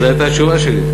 זו הייתה התשובה שלי.